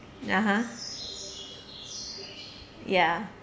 (uh huh) ya